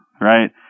right